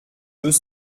deux